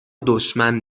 دشمن